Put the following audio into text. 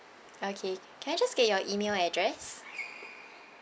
okay can I just get your email address